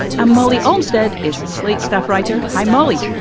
ah molly almstead is a slate staff writer. hi, molly.